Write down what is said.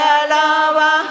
alaba